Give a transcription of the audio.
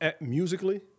musically